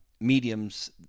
mediums